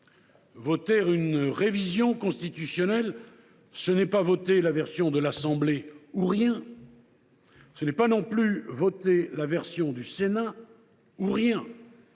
Voter une révision constitutionnelle, ce n’est pas voter la version de l’Assemblée nationale ou rien. Ce n’est pas non plus voter la version du Sénat ou rien.